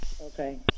Okay